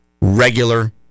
regular